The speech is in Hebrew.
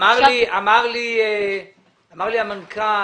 אמר לי המנכ"ל